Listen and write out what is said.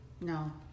No